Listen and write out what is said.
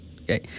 Okay